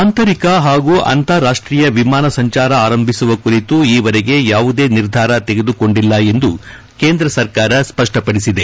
ಆಂತರಿಕ ಹಾಗೂ ಅಂತಾರಾಷ್ಟೀಯ ವಿಮಾನ ಸಂಚಾರ ಆರಂಭಿಸುವ ಕುರಿತು ಈವರೆಗೆ ಯಾವುದೇ ನಿರ್ಧಾರ ತೆಗೆದುಕೊಂಡಿಲ್ಲ ಎಂದು ಕೇಂದ್ರ ಸರ್ಕಾರ ಸ್ಪಪ್ಪಪಡಿಸಿದೆ